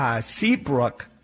Seabrook